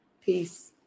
Peace